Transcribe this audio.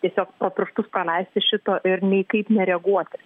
tiesiog pro pirštus praleisti šito ir niekaip nereaguoti